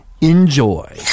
enjoy